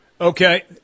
Okay